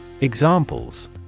Examples